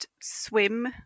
swim